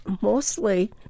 mostly